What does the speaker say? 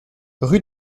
rue